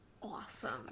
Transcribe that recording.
awesome